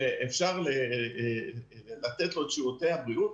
שאפשר לתת לו את שירותי הבריאות,